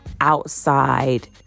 outside